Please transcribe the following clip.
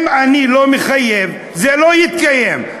אם אני לא מחייב זה לא יתקיים,